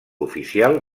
oficial